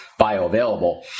bioavailable